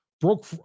broke